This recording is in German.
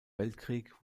weltkrieg